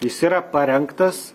jis yra parengtas